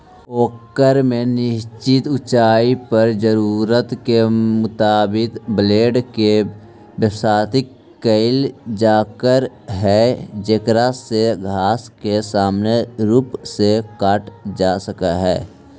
ओकर में निश्चित ऊँचाई पर जरूरत के मुताबिक ब्लेड के व्यवस्थित कईल जासक हई जेकरा से घास के समान रूप से काटल जा सक हई